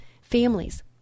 Families